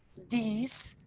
these.